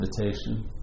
invitation